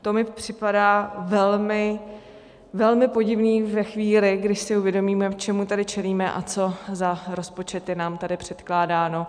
To mi připadá velmi, velmi podivné ve chvíli, když si uvědomíme, čemu tady čelíme a co za rozpočet je nám tady předkládáno.